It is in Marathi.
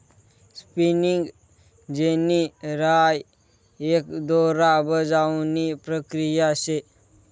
स्पिनिगं जेनी राय एक दोरा बजावणी प्रक्रिया शे